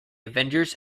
avengers